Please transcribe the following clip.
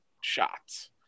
shots